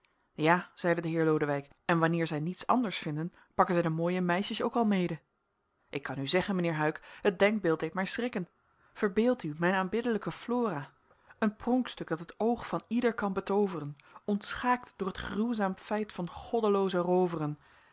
ja zeide de heer lodewijk en wanneer zij niets anders vinden pakken zij de mooie meisjes ook al mede ik kan u zeggen mijnheer huyck het denkbeeld deed mij schrikken verbeeld u mijn aanbiddelijke flora een pronkstuk dat het oog van ieder kan betooveren ontschaakt door t gruwzaam feit van goddelooze rooveren